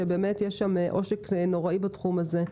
שבאמת יש שם עושק נוראי בתחום הזה.